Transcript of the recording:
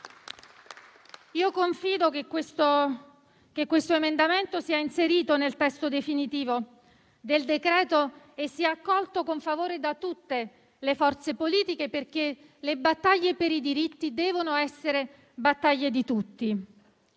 Confido che questo emendamento sia inserito nel testo definitivo del decreto-legge e sia accolto con favore da tutte le forze politiche, perché le battaglie per i diritti devono essere di tutti.